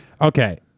Okay